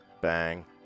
Bang